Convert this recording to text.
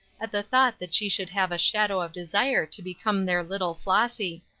at the thought that she should have a shadow of desire to become their little flossy.